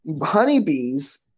honeybees